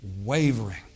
wavering